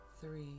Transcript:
three